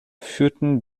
führten